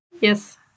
Yes